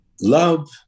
Love